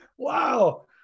Wow